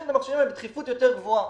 את המכשירים האלה בדחיפות יותר גבוהה.